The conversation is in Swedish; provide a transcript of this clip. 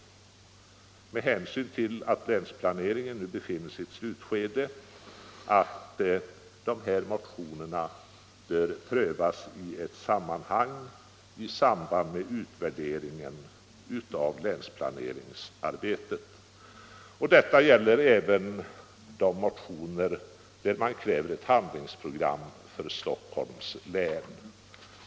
Med hänsyn till att länsplaneringen nu befinner sig i sitt slutskede anser utskottet att dessa motioner bör prövas i ett sammanhang, nämligen i samband med utvärderingen av länsplaneringsarbetet. Detta gäller även de motioner där man kräver ett handlingsprogram för Stockholms län.